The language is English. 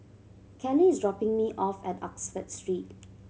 Kelly is dropping me off at Oxford Street